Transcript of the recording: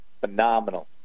phenomenal